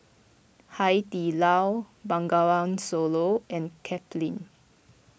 Hai Di Lao Bengawan Solo and Kipling